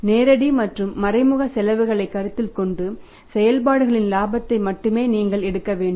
நேரடி மற்றும் மறைமுக செலவுகளை கருத்தில் கொண்டு செயல்பாடுகளின் இலாபத்தை மட்டுமே நீங்கள் எடுக்க வேண்டும்